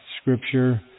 Scripture